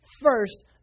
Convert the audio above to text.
first